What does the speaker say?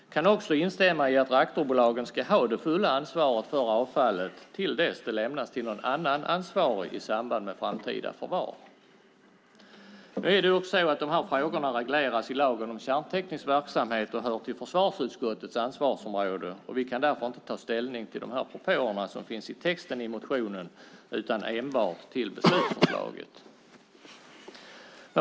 Jag kan också instämma i att reaktorbolagen ska ha det fulla ansvaret för avfallet till dess det lämnas till annan ansvarig i samband med framtida förvar. Nu regleras dock dessa frågor i lagen om kärnteknisk verksamhet och hör till försvarsutskottets ansvarsområde. Vi kan därför inte ta ställning till de propåer som finns i texten i motionen utan enbart till beslutsförslaget.